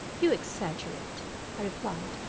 you exaggerate i replied,